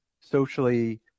socially